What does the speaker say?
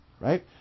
right